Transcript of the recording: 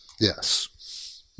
Yes